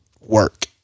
work